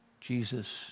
Jesus